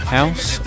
House